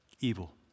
evil